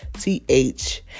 T-H